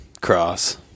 Cross